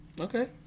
Okay